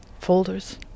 folders